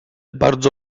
bardzo